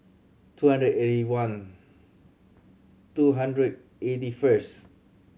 two hundred eighty one two hundred eighty first